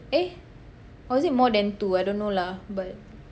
eh or is it more than two I don't know lah but